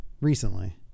recently